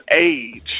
age